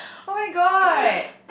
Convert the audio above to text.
oh-my-god